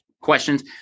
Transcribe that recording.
questions